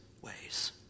ways